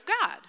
God